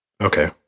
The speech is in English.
Okay